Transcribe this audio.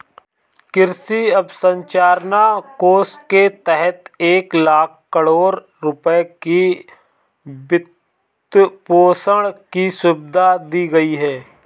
कृषि अवसंरचना कोष के तहत एक लाख करोड़ रुपए की वित्तपोषण की सुविधा दी गई है